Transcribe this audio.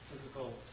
physical